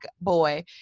boy